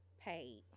paid